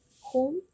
Home